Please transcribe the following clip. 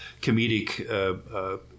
comedic